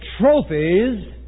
trophies